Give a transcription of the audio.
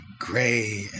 Gray